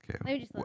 Okay